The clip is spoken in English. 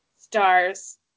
stars